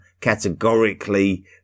categorically